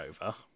over